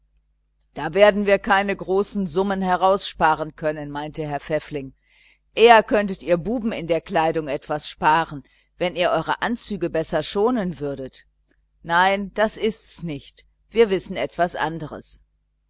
da werden wir keine großen summen heraus sparen können meinte herr pfäffling eher könntet ihr buben in der kleidung etwas sparen wenn ihr eure anzüge besser schonen würdet nein das ist's nicht wir wissen etwas anderes